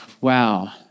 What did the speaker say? wow